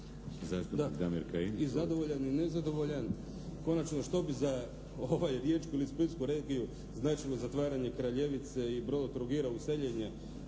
i zadovoljan i nezadovoljan. Konačno, što bi za ovaj, Riječku ili Splitsku regiju značilo zatvaranje "Kraljevice" i "Brodotrogira" useljenje,